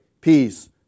peace